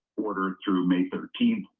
order through may thirteen.